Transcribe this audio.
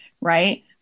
Right